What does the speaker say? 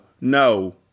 no